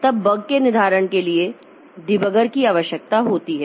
तब बग के निर्धारण के लिए डीबगर की आवश्यकता होती है